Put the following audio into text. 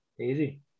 easy